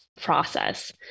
process